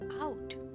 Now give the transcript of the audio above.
out